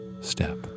step